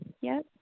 Yes